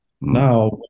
Now